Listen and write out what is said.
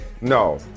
No